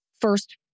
first